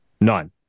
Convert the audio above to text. None